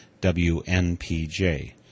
WNPJ